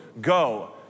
Go